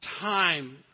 time